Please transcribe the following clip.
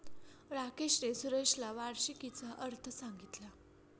राकेशने सुरेशला वार्षिकीचा अर्थ सांगितला